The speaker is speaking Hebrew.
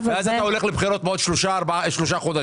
והולכים לבחירות בעוד שלושה חודשים.